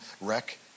wreck